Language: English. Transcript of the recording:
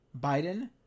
Biden